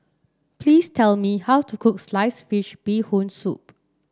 please tell me how to cook Sliced Fish Bee Hoon Soup